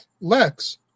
Lex